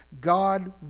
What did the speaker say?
God